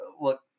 look